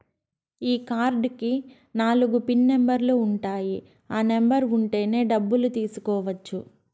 ఈ కార్డ్ కి నాలుగు పిన్ నెంబర్లు ఉంటాయి ఆ నెంబర్ ఉంటేనే డబ్బులు తీసుకోవచ్చు